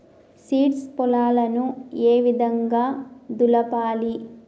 Seeds పొలాలను ఏ విధంగా దులపాలి?